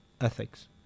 ethics